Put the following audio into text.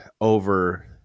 over